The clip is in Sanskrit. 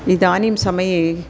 इदानीं समये